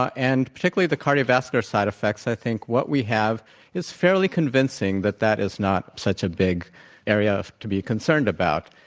ah and particularly the cardiovascular side effects. i think what we have is fairly convincing that that is not such a big area to be concerne d about.